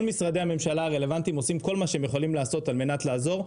כל משרדי הממשלה הרלבנטיים עושים כל מה שהם יכולים לעשות על מנת לעזור.